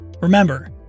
Remember